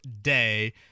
day